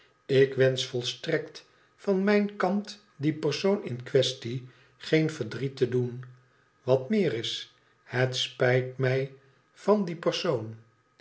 ik wensch volstrekt van mijn kant die persoon in quaestie geen verdriet te doen wat meer is het spijt mij van die persoon